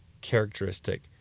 characteristic